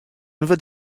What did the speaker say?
wurdt